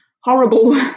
horrible